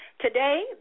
Today